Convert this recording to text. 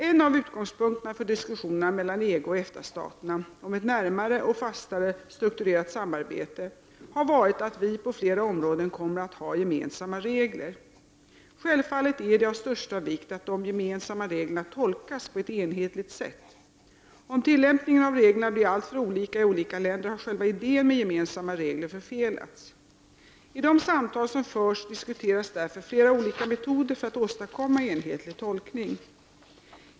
En av utgångspunkterna för diskussionerna mellan EG och EFTA-staterna om ett närmare och fastare strukturerat samarbete har varit att vi på flera områden kommer att ha gemensamma regler. Självfallet är det av största vikt att de gemensamma reglerna tolkas på ett enhetligt sätt. Om tilllämpningen av reglerna blir alltför olika i olika länder har själva idén med gemensamma regler förfelats. I de samtal som förs diskuteras därför flera olika metoder för att åstadkomma en enhetlig tolkning.